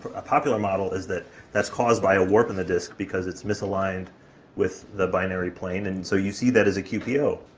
a popular model is that that's caused by a warp in the disk because it's misaligned with the binary plane, and so you see that as a qpo.